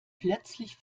plötzlich